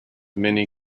many